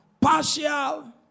partial